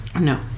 no